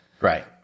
Right